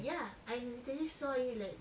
ya I literally saw it like